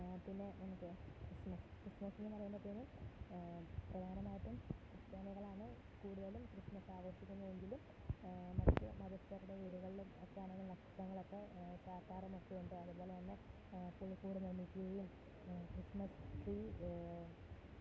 പിന്നെ എനിക്ക് ക്രിസ്മസ് ക്രിസ്മസ്സെന്നു പറയുമ്പോഴത്തേനും പ്രധാനമായിട്ടും ക്രിസ്ത്യാനികളാണ് കൂടുതലും ക്രിസ്മസ് ആഘോഷിക്കുന്നതെങ്കിലും മറ്റു മതസ്ഥരുടെ വീടുകളിലും ഒക്കെയാണെങ്കിലും നക്ഷത്രങ്ങളൊക്കെ ചാര്ത്താറുമൊക്കെയുണ്ട് അതുപോലെ തന്നെ പുല്ക്കൂടു നിര്മ്മിക്കുകയും ക്രിസ്മസ് ട്രീ